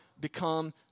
become